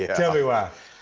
ah tell me why.